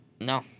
No